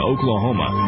Oklahoma